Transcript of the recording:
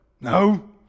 No